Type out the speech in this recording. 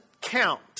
count